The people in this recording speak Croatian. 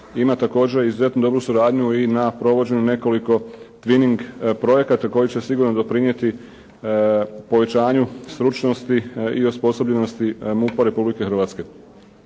ima također izuzetno dobro suradnju i na provođenju nekoliko twining projekata koji će sigurno doprinijeti povećanju stručnosti i osposobljenosti MUP-a Republike Hrvatske.